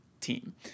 team